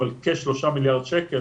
הגיעו לכ-3 מיליארד שקל